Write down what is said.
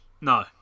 No